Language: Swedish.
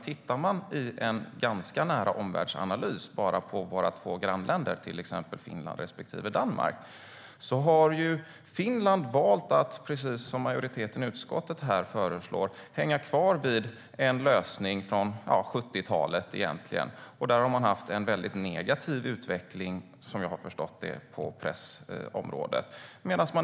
Tittar man i en ganska nära omvärldsanalys på våra två grannländer Finland respektive Danmark har Danmark valt som majoriteten i utskottet här föreslår att hänga kvar vid en lösning som egentligen är från 70-talet. Där har man haft en väldigt negativ utveckling, som jag har förstått det, på pressområdet.